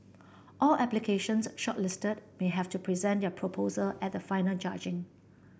all applications shortlisted may have to present their proposal at the final judging